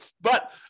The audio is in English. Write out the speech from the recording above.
But-